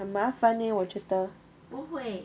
很麻烦 leh 我觉得